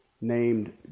named